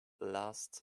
last